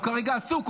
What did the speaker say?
הוא כרגע עסוק,